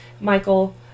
Michael